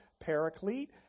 Paraclete